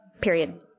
Period